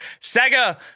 Sega